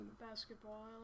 basketball